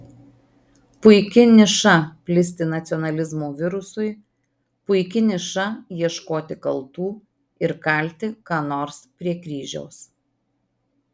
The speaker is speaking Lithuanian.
puiki niša plisti nacionalizmo virusui puiki niša ieškoti kaltų ir kalti ką nors prie kryžiaus